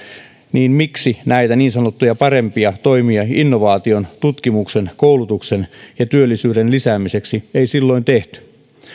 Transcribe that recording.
niin miksi näitä niin sanottuja parempia toimia innovaation tutkimuksen koulutuksen ja työllisyyden lisäämiseksi ei silloin tehty